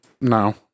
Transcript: No